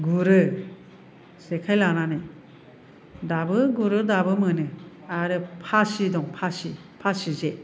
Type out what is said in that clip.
गुरो जेखाय लानानै दाबो गुरो दाबो मोनो आरो फासि दं फासि फासि जे